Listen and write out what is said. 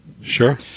sure